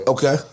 Okay